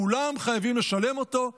כולם חייבים לשלם אותו,